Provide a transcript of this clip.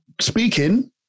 speaking